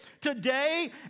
today